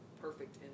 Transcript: perfect